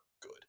good